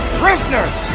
prisoners